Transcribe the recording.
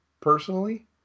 Personally